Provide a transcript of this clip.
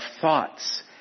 thoughts